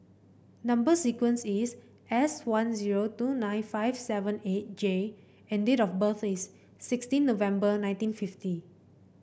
number sequence is S one zero two nine five seven eight J and date of birth is sixteen November nineteen fifty